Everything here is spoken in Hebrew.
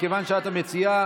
מכיוון שאת המציעה,